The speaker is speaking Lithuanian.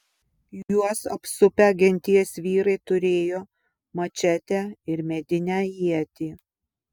juos apsupę genties vyrai turėjo mačetę ir medinę ietį